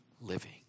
living